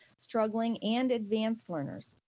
struggling and advanced learners.